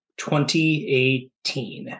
2018